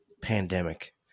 pandemic